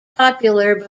popular